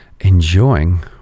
enjoying